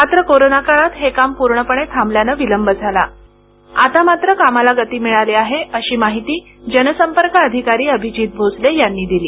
मात्र कोरोनाकाळात हे काम पूर्णपणे थांबल्यानं विलंब झाला आता मात्र कामाला गती मिळाली आहे अशी माहिती जनसंपर्क अधिकारी अभिजीत भोसले यांनी दिली